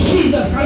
Jesus